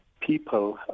people